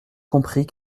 comprit